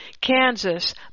Kansas